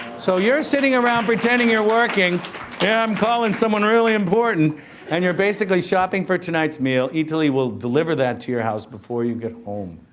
so, you're sitting around pretending you're working, yeah i'm calling someone really important and you're basically shopping for tonight's meal. eataly will deliver that to your house before you get home.